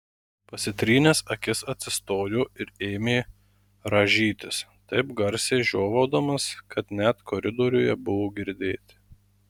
pasitrynęs akis atsistojo ir ėmė rąžytis taip garsiai žiovaudamas kad net koridoriuje buvo girdėti